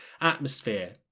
atmosphere